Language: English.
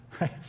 right